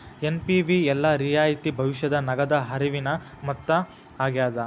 NPV ಎಲ್ಲಾ ರಿಯಾಯಿತಿ ಭವಿಷ್ಯದ ನಗದ ಹರಿವಿನ ಮೊತ್ತ ಆಗ್ಯಾದ